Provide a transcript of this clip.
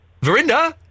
Verinda